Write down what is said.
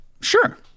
Sure